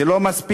זה לא מספיק,